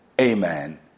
amen